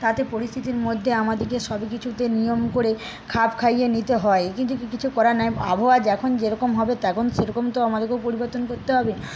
তাতে পরিস্থিতির মধ্যে আমাদেরকে সবই কিছুতে নিয়ম করে খাপ খাইয়ে নিতে হয় কিন্তু কিছু করার নেই আবহাওয়া যখন যেরকম হবে তখন সেরকম তো আমাদেরকেও পরিবর্তন করতে হবে